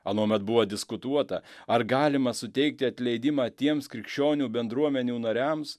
anuomet buvo diskutuota ar galima suteikti atleidimą tiems krikščionių bendruomenių nariams